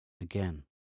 again